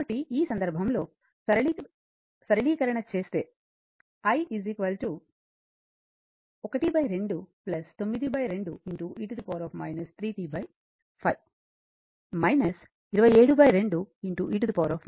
కాబట్టి ఈ సందర్భంలో సరళీకరణ చేస్తే i 12 92 e 3 t5 272 e 3t5 అంటే i 12 9 e 3t5 యాంపియర్